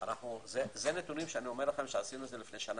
זה נתונים שעשינו לפני שנה.